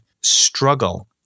struggle